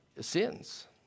sins